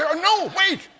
ah no, wait,